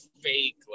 fake